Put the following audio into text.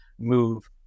move